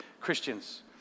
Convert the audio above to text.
Christians